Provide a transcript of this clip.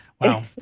Wow